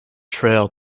trail